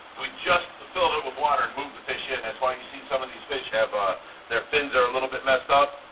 we just filled it with water and moved the fish in. that's why you see some of these fish have ah their fins are a little bit messed up.